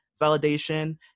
validation